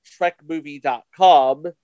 TrekMovie.com